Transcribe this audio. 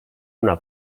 una